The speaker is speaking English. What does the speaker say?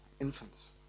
infants